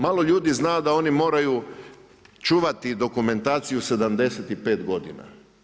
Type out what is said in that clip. Malo ljudi zna da oni moraju čuvati dokumentaciju 75 godina.